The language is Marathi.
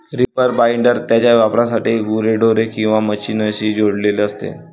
रीपर बाइंडर त्याच्या वापरासाठी गुरेढोरे किंवा मशीनशी जोडलेले असते